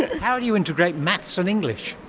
how do you integrate maths and english?